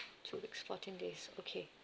two weeks fourteen days okay